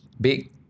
Big